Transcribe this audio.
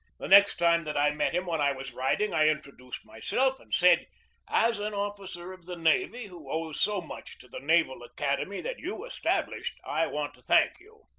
the next time that i met him when i was riding i introduced myself and said as an officer of the navy, who owes so much to the naval academy that you established, i want to thank you.